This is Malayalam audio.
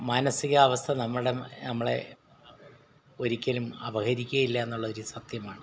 മാനസ്സികാവസ്ഥ നമ്മുടെ നമ്മളെ ഒരിക്കലും അപഹരിക്കുകയില്ലായെന്നുള്ള ഒരു സത്യമാണ്